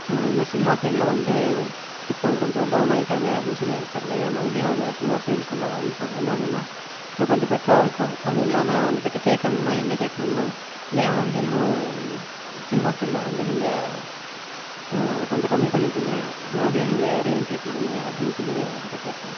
இந்த சினிமா ஃபீல்டில் வந்து இப்போ கொஞ்சம் டௌனாக ஆயிவிட்டாங்க அப்படின் சொல்லி எனக்கு தெர்லைங்க மறுபடியும் அவங்க சினிமா ஃபீல்டுக்குள்ளே வந்தா வந்தாங்கன்னா இன்னும் கொஞ்சம் பெட்ராக இருக்கும் அதுவும் இல்லாம அவங்ககிட்ட கேட்கனுனா என்ன கேட்கனுன்னா ஏன் வந்து இன்னும் சினிமா ஃபீல்டில் வந்து நீங்கள் கொஞ்சம் கம்மி பண்ணிவிட்டிங்க மறுபடியும் நீங்கள் ரீஎன்ட்ரி கொடுங்க அப்படின் சொல்லி அவங்ககிட்ட கேட்பேன்